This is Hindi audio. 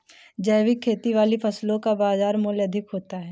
जैविक खेती वाली फसलों का बाज़ार मूल्य अधिक होता है